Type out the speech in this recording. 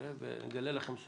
אגלה לכם סוד.